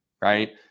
Right